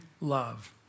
love